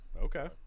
Okay